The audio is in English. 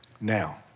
Now